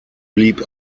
blieb